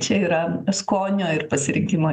čia yra skonio ir pasirinkimo